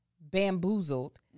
bamboozled